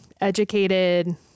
educated